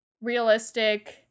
realistic